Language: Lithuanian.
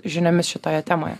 žiniomis šitoje temoje